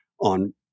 on